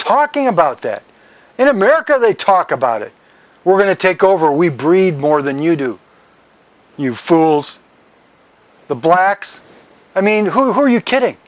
talking about it in america they talk about it we're going to take over we breed more than you do you fools the blacks i mean who are you kidding